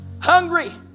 Hungry